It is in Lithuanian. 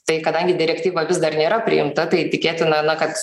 tai kadangi direktyva vis dar nėra priimta tai tikėtina na kad